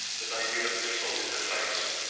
the baby looked full in her face,